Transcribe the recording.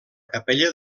capella